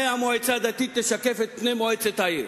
המועצה הדתית ישקפו את פני מועצת העיר.